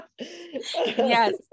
Yes